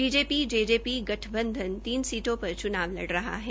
B J P J J P गठबंधन तीन सीटों पर च्नाव लड़ रहा है